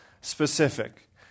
specific